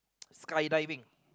sky diving